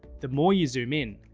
the more you zoom in,